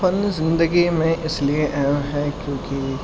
فن زندگی میں اس لیے اہم ہے کیوںکہ